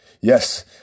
Yes